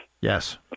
Yes